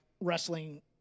wrestling